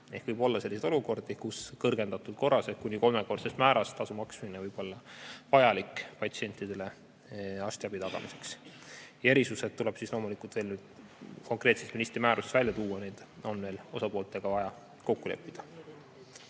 Ehk võib olla selliseid olukordi, kus kõrgendatud määras ehk kuni kolmekordses määras tasu maksmine võib olla vajalik patsientidele arstiabi tagamiseks. Erisused tuleb loomulikult konkreetselt ministri määruses välja tuua, need on vaja veel osapooltega kokku leppida.